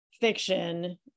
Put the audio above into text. fiction